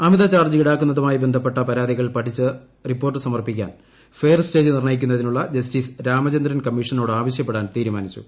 അമിത charge ഈടാക്കുന്നതുമായി ബന്ധപ്പെട്ട പ്രാതികൾ പഠിച്ച് റിപ്പോർട്ട് സമർപ്പിക്കാൻ ഫെയർസ്റ്റേജ് നിർണയിക്ക്ൂന്നതിനുള്ള ജസ്റ്റിസ് രാമചന്ദ്രൻ കമ്മീഷനോട് ആവശ്യപ്പെടാൻ തീരുമാനിച്ചു